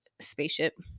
Spaceship